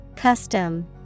Custom